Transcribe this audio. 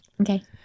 Okay